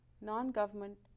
non-government